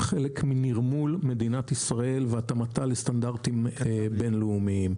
חלק מנרמול מדינת ישראל והתאמתה לסטנדרטים בין-לאומיים.